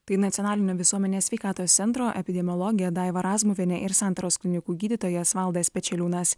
tai nacionalinio visuomenės sveikatos centro epidemiologė daiva razmuvienė ir santaros klinikų gydytojas valdas pečeliūnas